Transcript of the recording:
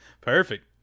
Perfect